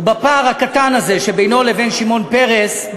ובפער הקטן הזה שבינו לבין שמעון פרס,